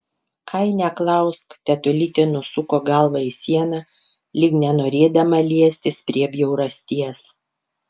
ai neklausk tetulytė nusuko galvą į sieną lyg nenorėdama liestis prie bjaurasties